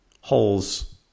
holes